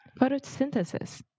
Photosynthesis